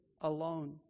alone